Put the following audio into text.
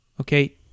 okay